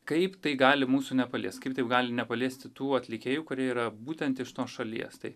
kaip tai gali mūsų nepaliest kaip taip gali nepaliesti tų atlikėjų kurie yra būtent iš tos šalies tai